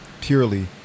purely